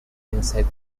inside